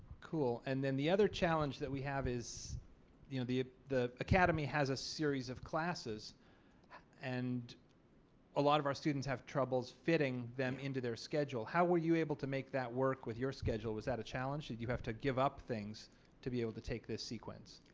cool. and then the other challenge that we have is you know the the academy has a series of classes and a lot of our students have troubles fitting them into their schedule. how were you able to make that work with your schedule was that a challenge. did you have to give up things to be able to take this sequence.